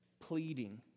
Pleading